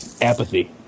apathy